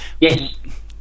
Yes